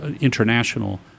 international